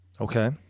Okay